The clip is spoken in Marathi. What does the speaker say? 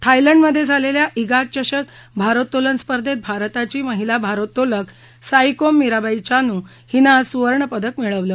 थायलंडमधे झालेल्या ईगात चषक भारोत्तोलन स्पर्धेत भारताची महिला भारोत्तोलक साईकोम मिराबाई चानू हिनं आज सुवर्णपदक मिळवलं